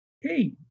hey